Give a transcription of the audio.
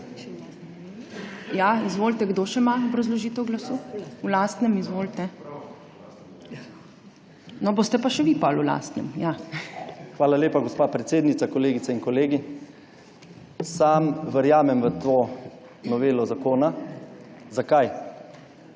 Hvala lepa, gospa predsednica. Kolegice in kolegi! Sam verjamem v to novelo zakona. Zakaj?